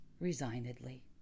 resignedly